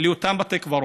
לאותם בתי קברות,